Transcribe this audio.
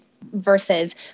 Versus